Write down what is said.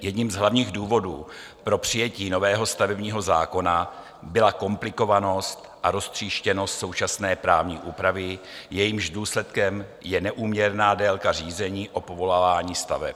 Jedním z hlavních důvodů pro přijetí nového stavebního zákona byla komplikovanost a roztříštěnost současné právní úpravy, jejímž důsledkem je neúměrná délka řízení o povolování staveb.